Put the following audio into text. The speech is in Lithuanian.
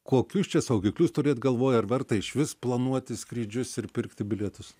kokius čia saugiklius turėt galvoj ar verta išvis planuoti skrydžius ir pirkti bilietus